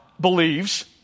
believes